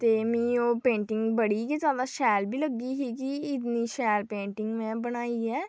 ते मीं ओह् पेंटिंग बड़ी गै ज़्यादा शैल बी लग्गी ही कि इ'न्नी शैल पेंटिंग में बनाई ऐ